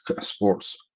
Sports